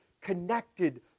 connected